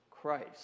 Christ